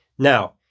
Now